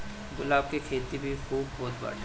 गुलाब के खेती भी खूब होत बाटे